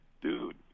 dude